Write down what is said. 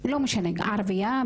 לא משנה ערבייה,